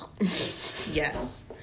Yes